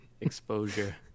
exposure